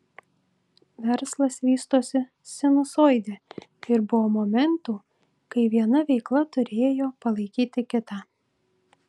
verslas vystosi sinusoide ir buvo momentų kai viena veikla turėjo palaikyti kitą